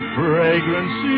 fragrance